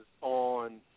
on